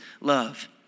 love